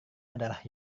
adalah